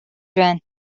байна